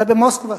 אלא במוסקבה,